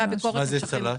מה זה צל"ש?